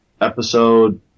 episode